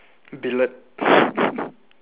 billiard